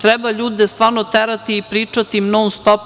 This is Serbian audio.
Treba ljude stvarno terati i pričati non-stop.